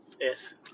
Yes